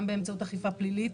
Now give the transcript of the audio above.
גם באמצעות אכיפה פלילית,